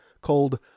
called